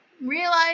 realize